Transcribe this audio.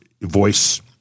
voice